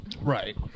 right